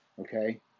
okay